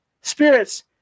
Spirits